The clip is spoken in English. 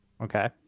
Okay